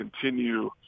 continue